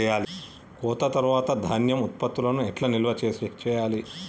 కోత తర్వాత ధాన్యం ఉత్పత్తులను ఎట్లా నిల్వ చేయాలి?